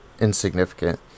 insignificant